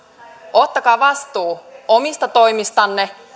ottakaa vastuu omista toimistanne